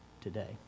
today